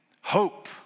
Hope